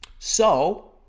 so,